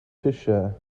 fissure